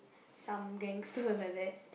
some gangster like that